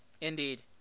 Indeed